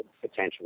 potentially